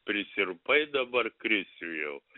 prisirpai dabar krisiu jau